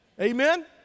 Amen